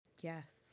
Yes